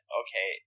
okay